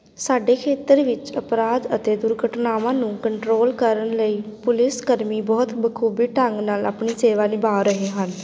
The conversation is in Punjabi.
ਸਾਡੇ ਖੇਤਰ ਵਿੱਚ ਅਪਰਾਧ ਅਤੇ ਦੁਰਘਟਨਾਵਾਂ ਨੂੰ ਕੰਟਰੋਲ ਕਰਨ ਲਈ ਪੁਲਿਸ ਕਰਮੀ ਬਹੁਤ ਬਾਖੂਬੀ ਢੰਗ ਨਾਲ ਆਪਣੀ ਸੇਵਾ ਨਿਭਾ ਰਹੇ ਹਨ